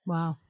Wow